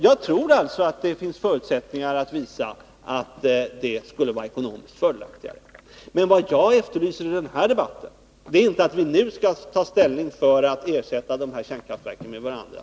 Jag tror alltså att det finns förutsättningar för att visa att de alternativen skulle vara ekonomiskt fördelaktigare. I den här debatten har jag inte begärt att vi nu skall ta ställning för att ersätta kärnkraftverk med något annat.